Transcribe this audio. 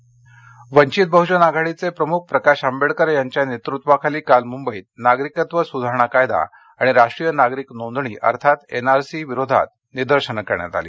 प्रकाश आंबेडकर वंचित बह्जन आघाडीचे प्रमुख प्रकाश आंबेडकर यांच्या नेतृत्वाखाली काल मुंबईत नागरिकत्व सुधारणा कायदा आणि राष्ट्रीय नागरिक नोंदणी म्हणजेच एनआरसी विरोधात निदर्शनं करण्यात आली